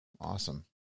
Awesome